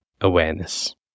awareness